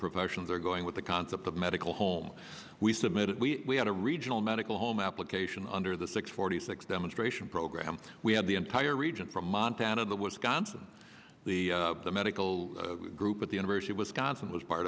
professions are going with the concept of medical home we submit we had a regional medical home application under the six forty six demonstration program we had the entire region from montana the wisconsin the the medical group at the university of wisconsin was part